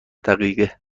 دقیقه